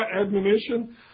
admonition